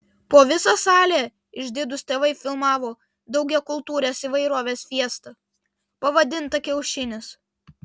po visą salę išdidūs tėvai filmavo daugiakultūrės įvairovės fiestą pavadintą kiaušinis